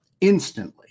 instantly